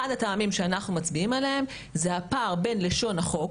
אחד הטעמים שאנחנו מצביעים עליהם זה הפער בין לשון החוק